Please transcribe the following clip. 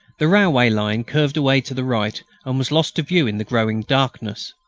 the railway line curved away to the right and was lost to view in the growing darkness.